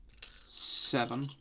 seven